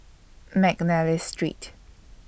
Mcnally Street